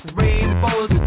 rainbows